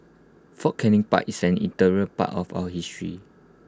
fort Canning park is an integral part of our history